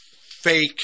fake